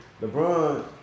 LeBron